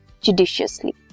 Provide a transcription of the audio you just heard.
judiciously